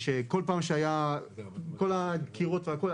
כל פעם שהיו את כל הדקירות והכל,